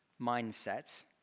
mindset